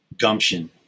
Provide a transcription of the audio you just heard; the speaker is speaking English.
gumption